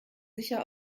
sicher